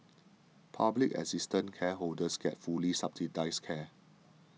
public assistance cardholders got fully subsidised care